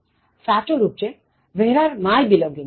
સાચું રુપ છે Where are my belongings